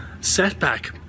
setback